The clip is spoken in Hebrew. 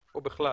בכלל?